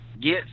get